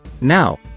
Now